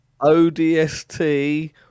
ODST